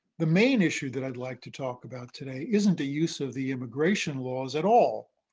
the main issue that i'd like to talk about today isn't the use of the immigration laws at all.